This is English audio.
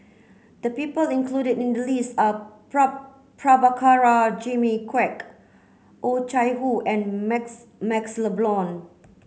the people included in the list are Prabhakara Jimmy Quek Oh Chai Hoo and Max MaxLe Blond